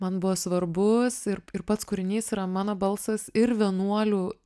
man buvo svarbus ir ir pats kūrinys yra mano balsas ir vienuolių